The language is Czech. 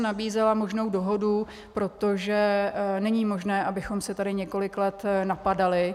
Nabízela jsem možnou dohodu, protože není možné, abychom se tady několik let napadali.